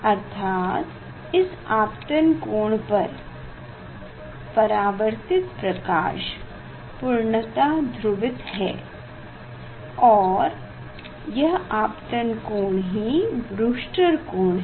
अर्थात इस आपतन कोण पर परवर्तित प्रकाश पूर्णतः ध्रुवित है और यह आपतन कोण ही ब्रूस्टरकोण है